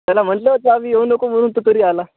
त्याला म्हटलं होतं आम्ही येऊ नको म्हणून तर तरी आला